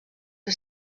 que